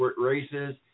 races